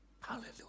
Hallelujah